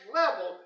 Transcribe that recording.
level